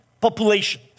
population